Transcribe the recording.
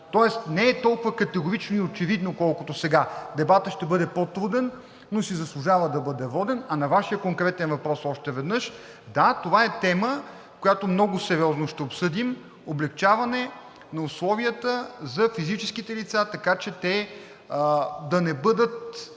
Тоест не е толкова категорично и очевидно, колкото е сега. Дебатът ще бъде по-труден, но си заслужва да бъде воден. А на Вашия конкретен въпрос още веднъж: да, това е тема, която много сериозно ще обсъдим – облекчаването на условията за физическите лица, така че те да не бъдат